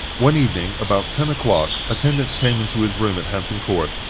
one evening, about ten o'clock, attendants came into his room at hampton court,